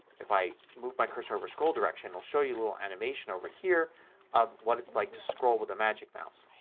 if i move my cursor over scroll direction, show you a little animation over here of what it's like to scroll with a magic mouse.